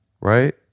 right